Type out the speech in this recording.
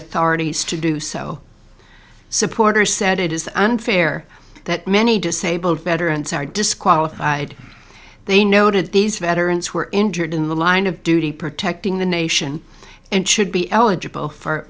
authorities to do so supporters said it is unfair that many disabled veterans are disqualified they noted these veterans were injured in the line of duty protecting the nation and should be eligible for